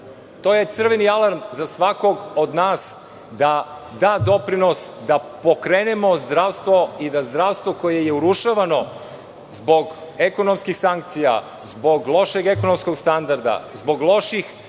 To je crveni alarm za svakog od nas da da doprinos da pokrenemo zdravstvo i da zdravstvo koje je urušavano zbog ekonomskih sankcija zbog lošeg ekonomskog standarda, zbog loših